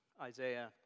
Isaiah